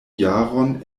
jaron